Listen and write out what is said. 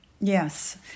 Yes